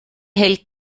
hält